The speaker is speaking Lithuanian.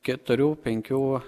keturių penkių